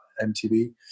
MTV